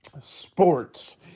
sports